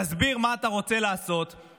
תסביר מה אתה רוצה לעשות,